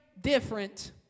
different